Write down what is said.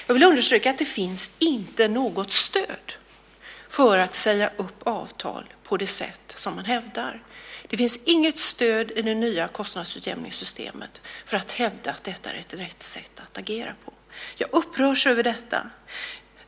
Jag vill understryka att det inte finns något stöd för att säga upp avtal på det sätt som hävdas. Det finns inget stöd i det nya kostnadsutjämningssystemet för att kunna hävda att det är rätt sätt att agera på. Jag upprörs över detta.